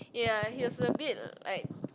ya he was a bit like